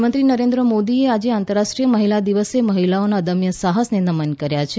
પ્રધાનમંત્રી નરેન્દ્ર મોદીએ આજે આંતરાષ્ટ્રીય મહિલા દિવસે મહિલાઓના અદમ્ય સાહસને નમન કર્યા છે